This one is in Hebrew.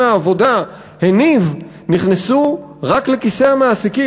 העבודה הניב נכנסו רק לכיסי המעסיקים,